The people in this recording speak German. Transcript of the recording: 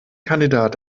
kandidat